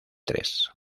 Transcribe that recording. tres